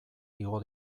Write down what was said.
igo